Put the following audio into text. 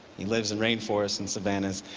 he lives in rainforests and savannas.